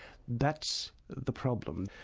that's the problem,